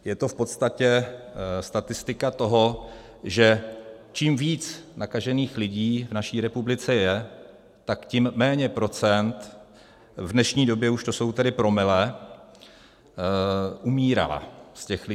Je to v podstatě statistika toho, že čím víc nakažených lidí v naší republice je, tak tím méně procent, v dnešní době už to jsou tedy promile, umírá z těch lidí.